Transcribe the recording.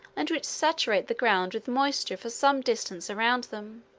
and which saturate the ground with moisture for some distance around them.